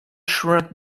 shrunk